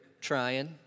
trying